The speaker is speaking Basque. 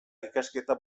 ikasketak